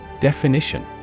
Definition